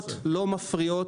הכוורות לא מפריעות.